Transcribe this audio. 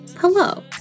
hello